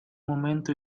momento